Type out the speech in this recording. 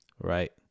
right